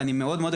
ואני מעריך